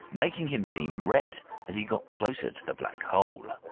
making him seem red as he got closer to the black hole.